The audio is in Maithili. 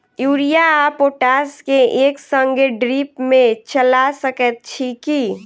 यूरिया आ पोटाश केँ एक संगे ड्रिप मे चला सकैत छी की?